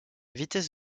vitesse